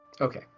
Okay